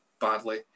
badly